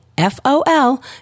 F-O-L